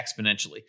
exponentially